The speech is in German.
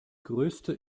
größte